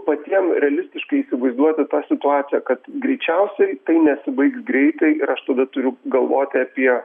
patiem realistiškai įsivaizduoti tą situaciją kad greičiausiai tai nesibaigs greitai ir aš tada turiu galvoti apie